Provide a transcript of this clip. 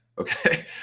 okay